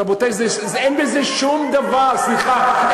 רבותי, אין בזה שום דבר, סליחה.